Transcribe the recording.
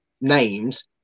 names